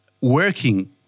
working